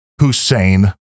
hussein